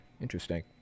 Interesting